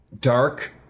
dark